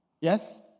Yes